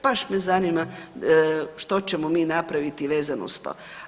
Baš me zanima što ćemo mi napraviti vezano uz to.